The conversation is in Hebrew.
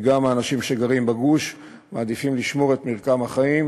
כי גם האנשים שגרים בגוש מעדיפים לשמור את מרקם החיים,